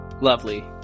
Lovely